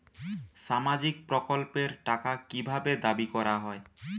সামাজিক প্রকল্পের টাকা কি ভাবে দাবি করা হয়?